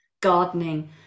Gardening